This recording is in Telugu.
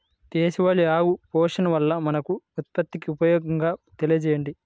దేశవాళీ ఆవు పోషణ వల్ల మనకు, ప్రకృతికి ఉపయోగాలు తెలియచేయండి?